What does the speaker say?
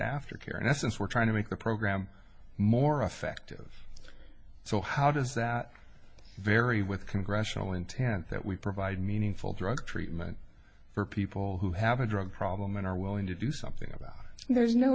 aftercare in essence we're trying to make the program more effective so how does that vary with congressional intent that we provide meaningful drug treatment for people who have a drug problem and are willing to do something about